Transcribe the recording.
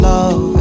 Love